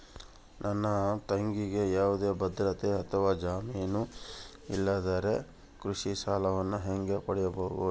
ನನ್ನ ತಂಗಿಗೆ ಯಾವುದೇ ಭದ್ರತೆ ಅಥವಾ ಜಾಮೇನು ಇಲ್ಲದಿದ್ದರೆ ಕೃಷಿ ಸಾಲವನ್ನು ಹೆಂಗ ಪಡಿಬಹುದು?